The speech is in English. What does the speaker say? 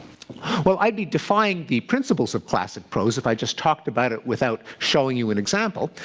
well, i'd be defying the principles of classic prose if i just talked about it without showing you an example.